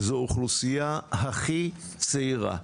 היא האוכלוסייה הכי צעירה,